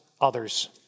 others